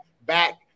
back